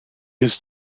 his